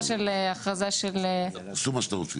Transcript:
של הכרזה של --- תעשו מה שאתם רוצים.